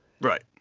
Right